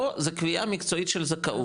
פה זו קביעה מקצועית של זכאות.